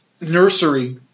nursery